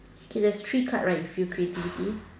okay there's three cards right with creativity